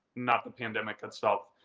not the pandemic itself,